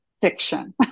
fiction